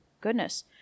goodness